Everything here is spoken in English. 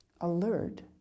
alert